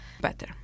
better